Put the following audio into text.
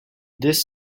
this